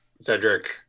Cedric